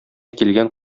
килгән